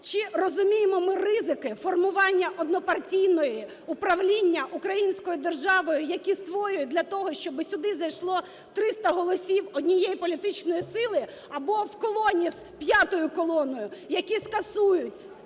Чи розуміємо ми ризики формування однопартійного управління українською державою, які створюють для того, щоби сюди зайшло 300 голосів однієї політичної сили або в колоні з "п'ятою колоною", які скасують